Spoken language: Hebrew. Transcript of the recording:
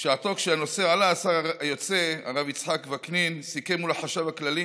בשעתו כשהנושא עלה השר היוצא הרב יצחק וקנין סיכם מול החשב הכללי